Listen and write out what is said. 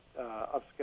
upscale